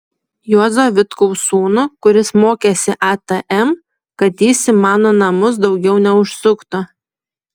juozo vitkaus sūnų kuris mokėsi atm kad jis į mano namus daugiau neužsuktų